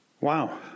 Wow